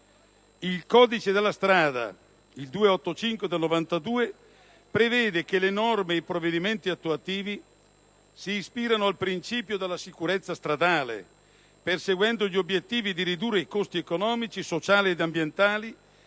legislativo n. 285 del 1992, prevede che le norme e i provvedimenti attuativi si ispirino al principio della sicurezza stradale, perseguendo gli obiettivi di ridurre i costi economici, sociali ed ambientali